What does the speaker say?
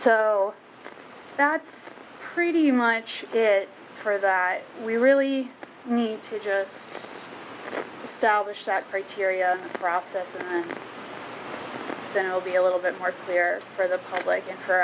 so that's pretty much it for that we really need to just establish that criteria process and then we'll be a little bit more clear for the public and for